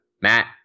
Matt